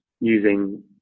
using